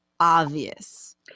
obvious